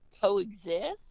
coexist